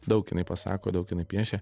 daug jinai pasako daug jinai piešia